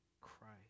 Christ